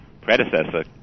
predecessor